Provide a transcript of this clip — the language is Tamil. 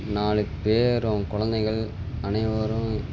நாலு பேரும் குலந்தைகள் அனைவரும்